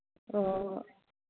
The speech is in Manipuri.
ꯑꯣ